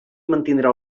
mantindrà